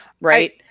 right